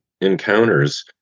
encounters